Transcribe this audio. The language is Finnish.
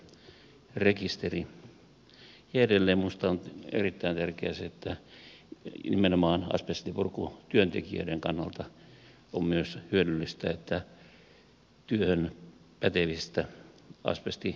edelleen minusta on erittäin tärkeää se että nimenomaan asbestipurkutyöntekijöiden kannalta on myös hyödyllistä että työhön pätevistä asbestityöntekijöistä pidetään rekisteriä